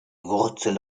wurzel